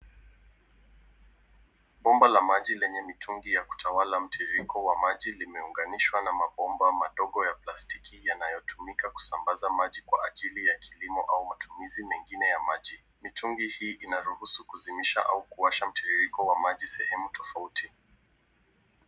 Bomba la maji lenye mitungi ya kutawala mtiririko wa maji limeunganishwa na mabomba madogo ya plastiki yanayotumika kusambaza maji kwa ajili ya kilimo au matumizi mengine ya maji. Mitungi hii inaruhusu kuzimisha au kuwasha mtiririko wa maji sehemu tofauti.